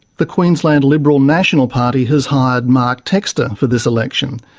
the queensland liberal national party has hired mark textor for this election.